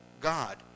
God